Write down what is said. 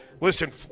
listen